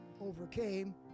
overcame